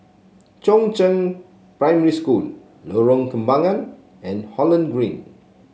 Chongzheng Primary School Lorong Kembagan and Holland Green